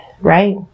right